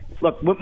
Look